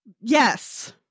yes